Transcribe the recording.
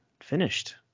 finished